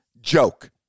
joke